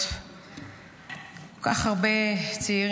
הגיע הזמן.